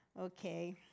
Okay